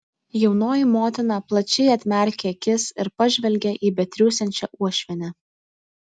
jaunoji motina plačiai atmerkė akis ir pažvelgė į betriūsiančią uošvienę